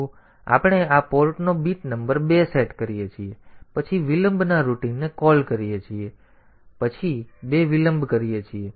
આપણે આ પોર્ટનો બીટ નંબર બે સેટ કરીએ છીએ પછી વિલંબના રૂટિનને કૉલ કરીએ છીએ અને પછી બે વિલંબ કરીએ છીએ